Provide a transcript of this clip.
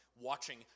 watching